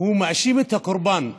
הוא מאשים את הקורבן,